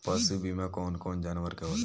पशु बीमा कौन कौन जानवर के होला?